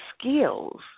skills